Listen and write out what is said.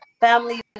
Family